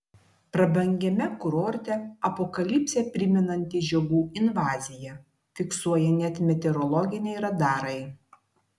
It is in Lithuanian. prabangiame kurorte apokalipsę primenanti žiogų invazija fiksuoja net meteorologiniai radarai